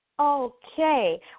Okay